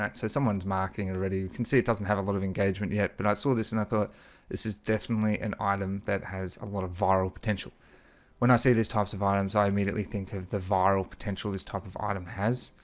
so someone's marking it already you can see it doesn't have a lot of engagement yet but i saw this and i thought this is definitely an item that has a lot of viral potential when i see these types of items, i immediately think of the viral potential this type of item has